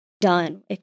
done